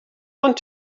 want